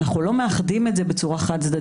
אנחנו לא מאחדים את זה בצורה חד-צדדית.